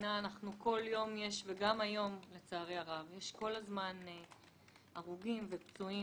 במדינה יש כל הזמן הרוגים, פצועים,